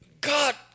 God